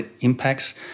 impacts